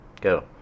Go